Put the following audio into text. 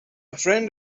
friend